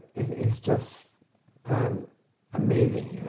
it's just plain amazing.